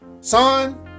Son